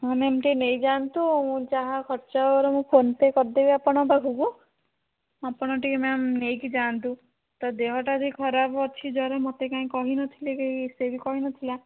ହଁ ମ୍ୟାମ୍ ଟିକେ ନେଇଯାଆନ୍ତୁ ଯାହା ଖର୍ଚ୍ଚ ହେବ ବରଂ ମୁଁ ଫୋନପେ କରିଦେବି ଆପଣଙ୍କ ପାଖକୁ ଆପଣ ଟିକେ ମ୍ୟାମ୍ ନେଇକି ଯାଆନ୍ତୁ ତା ଦେହଟା ବି ଖରାପ ଅଛି ଜ୍ୱର ମୋତେ କାଇଁ କହିନଥିଲେ କେହି ସେ ବି କହିନଥିଲା